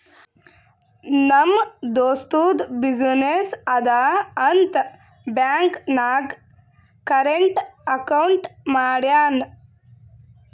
ನಮ್ ದೋಸ್ತದು ಬಿಸಿನ್ನೆಸ್ ಅದಾ ಅಂತ್ ಬ್ಯಾಂಕ್ ನಾಗ್ ಕರೆಂಟ್ ಅಕೌಂಟ್ ಮಾಡ್ಯಾನ್